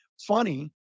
Funny